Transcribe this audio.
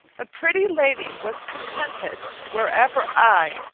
the pretty lady was contented wherever i,